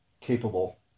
capable